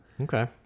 okay